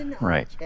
Right